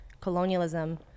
Colonialism